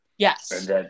Yes